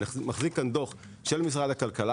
אני מחזיק כאן דו"ח של משרד הכלכלה,